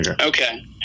Okay